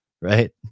right